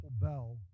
bell